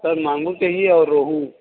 sir मांगूर चाहिए और रोहू